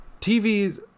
TVs